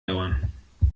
dauern